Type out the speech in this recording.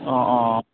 অঁ অঁ